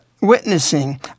witnessing